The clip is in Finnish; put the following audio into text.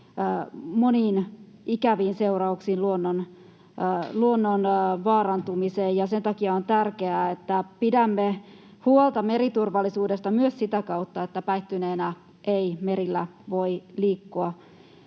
moniin ikäviin seurauksiin, luonnon vaarantumiseen. Sen takia on tärkeää, että pidämme huolta meriturvallisuudesta myös sitä kautta, että päihtyneenä ei merillä voi liikkua.